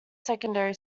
secondary